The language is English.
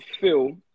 feel